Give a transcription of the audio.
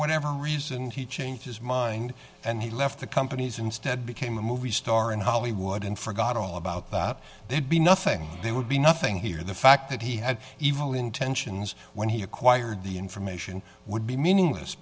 whatever reason he changed his mind and he left the companies instead became a movie star in hollywood and forgot all about that there'd be nothing there would be nothing here the fact that he had evil intentions when he acquired the information would be meaningless